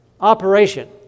operation